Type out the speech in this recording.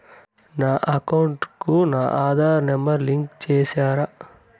నా అకౌంట్ కు నా ఆధార్ నెంబర్ లింకు చేసారా